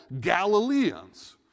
Galileans